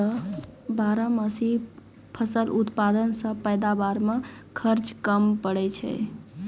बारहमासी फसल उत्पादन से पैदावार मे खर्च कम पड़ै छै